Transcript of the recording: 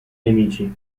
nemici